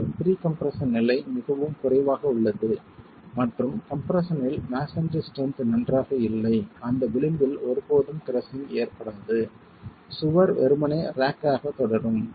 ஆனால் pre compression நிலை மிகவும் குறைவாக உள்ளது மற்றும் கம்ப்ரெஸ்ஸன் இல் மஸோன்றி ஸ்ட்ரென்த் நன்றாக இருந்தால் அந்த விளிம்பில் ஒருபோதும் கிரஸ்ஸிங் ஏற்படாது சுவர் வெறுமனே ராக் ஆக தொடரும்